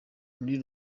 muri